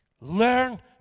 Learn